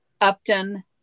Upton